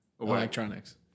electronics